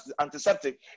antiseptic